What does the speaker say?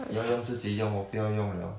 要用自己用不要用了